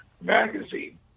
magazine